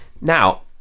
Now